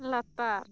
ᱞᱟᱛᱟᱨ